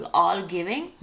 all-giving